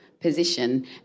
position